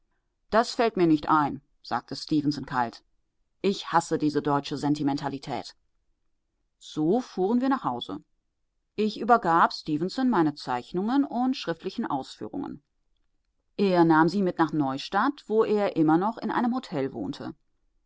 das fällt mir nicht ein sagte stefenson kalt ich hasse diese deutsche sentimentalität so fuhren wir nach hause ich übergab stefenson meine zeichnungen und schriftlichen ausführungen er nahm sie mit nach neustadt wo er immer noch in einem hotel wohnte